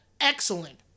excellent